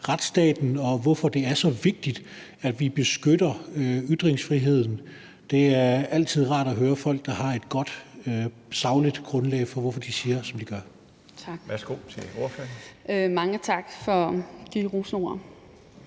og hvorfor det er så vigtigt, at vi beskytter ytringsfriheden. Det er altid rart at høre folk, der har et godt, sagligt grundlag for, hvorfor de siger, som de gør. Kl. 21:23 Den fg.